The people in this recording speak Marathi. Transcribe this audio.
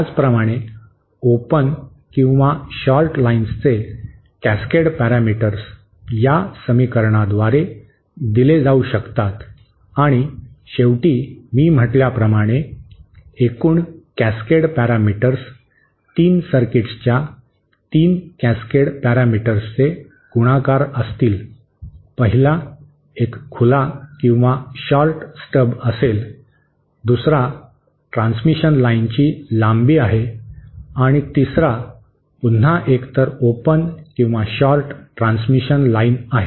त्याचप्रमाणे ओपन किंवा शॉर्ट् लाईन्सचे कॅस्केड पॅरामीटर्स या समीकरणाद्वारे दिले जाऊ शकतात आणि शेवटी मी म्हटल्याप्रमाणे एकूण कॅस्केड पॅरामीटर्स 3 सर्किट्सच्या 3 कॅस्केड पॅरामीटर्सचे गुणाकार असतील पहिला एक खुला किंवा शॉर्ट स्टब असेल दुसरा ट्रान्समिशन लाइनची लांबी आहे आणि तिसरा पुन्हा एकतर ओपन किंवा शॉर्ट ट्रान्समिशन लाइन आहे